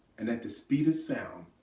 and at the speed of sound,